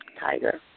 Tiger